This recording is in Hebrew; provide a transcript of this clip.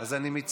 אז אני מצטער.